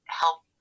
help